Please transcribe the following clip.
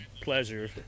pleasure